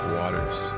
waters